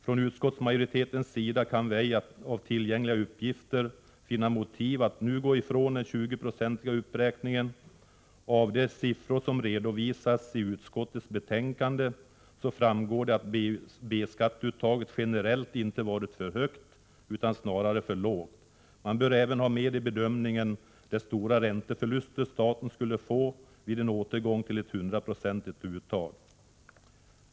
Från utskottsmajoritetens sida kan vi ej av tillgängliga uppgifter finna motiv att nu gå ifrån den 20-procentiga uppräkningen. Av de siffror som redovisas i utskottets betänkande framgår det att B-skatteuttaget generellt inte varit för högt utan snarare för lågt. Man bör även ha med i bedömningen de stora ränteförluster staten skulle få vid en återgång till ett 100-procentigt uttag.